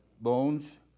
Bones